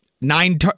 nine